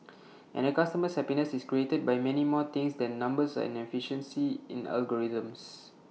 and A customer's happiness is created by many more things than numbers and efficiency in algorithms